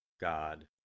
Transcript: God